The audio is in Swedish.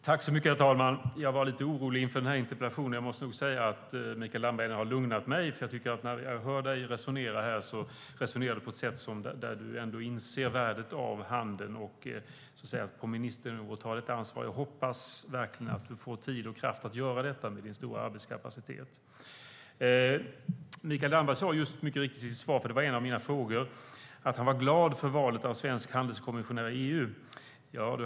Herr talman! Jag var lite orolig inför den här interpellationsdebatten. Jag måste nog säga att Mikael Damberg har lugnat mig. Jag hör dig här resonera på ett sätt som visar att du inser värdet av handeln och att ta ett ansvar på ministernivå. Jag hoppas verkligen att du får tid och kraft att göra detta med din stora arbetskapacitet. Mikael Damberg sade mycket riktigt i sitt svar på en av mina frågor att han var glad för valet av svensk handelskommissionär i EU.